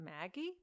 Maggie